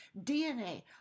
DNA